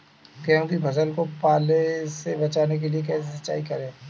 गेहूँ की फसल को पाले से बचाने के लिए कैसे सिंचाई करें?